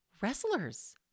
wrestlers